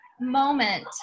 moment